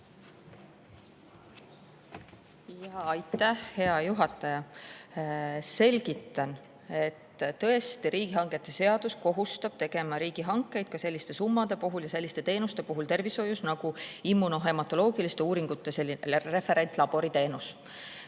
Aitäh, hea juhataja! Selgitan, et tõesti riigihangete seadus kohustab tegema riigihankeid ka selliste summade puhul ja selliste teenuste puhul tervishoius nagu immunohematoloogiliste uuringute referentlabori teenus.